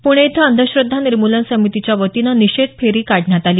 पुणे इथं अंधश्रद्धा निर्मुलन समितीच्या वतीनं निषेध फेरी काढण्यात आली